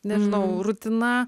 nežinau rutina